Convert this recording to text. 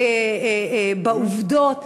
בעובדות,